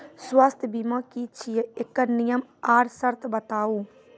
स्वास्थ्य बीमा की छियै? एकरऽ नियम आर सर्त बताऊ?